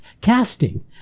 Casting